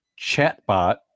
chatbot